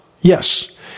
Yes